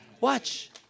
Watch